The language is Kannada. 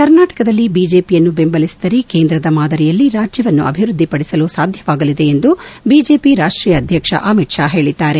ಕರ್ನಾಟಕದಲ್ಲಿ ಬಿಜೆಪಿಯನ್ನು ಬೆಂಬಲಿಸಿದರೆ ಕೇಂದ್ರದ ಮಾದರಿಯಲ್ಲಿ ರಾಜ್ಯವನ್ನು ಅಭಿವೃದ್ದಿ ಪಡಿಸಲು ಸಾಧ್ಯವಾಗಲಿದೆ ಎಂದು ಬಿಜೆಪಿ ರಾಷ್ಷೀಯ ಅಧ್ಯಕ್ಷ ಅಮಿತ್ ಶಾ ಹೇಳಿದ್ದಾರೆ